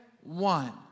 one